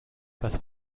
was